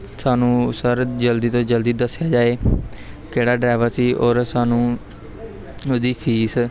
ਸਾਨੂੰ ਸਰ ਜਲਦੀ ਤੋਂ ਜਲਦੀ ਦੱਸਿਆ ਜਾਏ ਕਿਹੜਾ ਡਰਾਈਵਰ ਸੀ ਔਰ ਸਾਨੂੰ ਉਹਦੀ ਫੀਸ